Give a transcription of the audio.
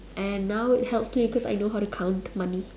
and now it helps me cause I know how to count money